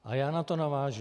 A já na to navážu.